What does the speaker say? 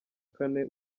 kane